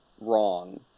wrong